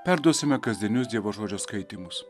perduosime kasdienius dievo žodžio skaitymus